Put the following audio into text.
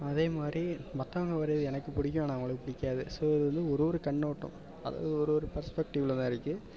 அதே மாதிரி மற்றவங்க வரைகிறது எனக்குப் பிடிக்கும் ஆனால் அவங்களுக்கு பிடிக்காது ஸோ இது வந்து ஒரொரு கண்ணோட்டம் அது ஒரொரு பெர்ஸ்பெக்ட்டிவில் தான் இருக்குது